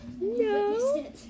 No